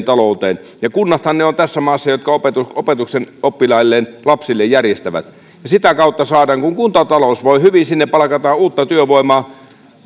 talouteen kunnathan ne ovat tässä maassa jotka opetuksen opetuksen oppilailleen lapsille järjestävät sitä kautta kun kuntatalous voi hyvin sinne palkataan uutta työvoimaa